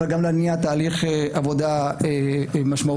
אבל גם להניע תהליך עבודה משמעותי.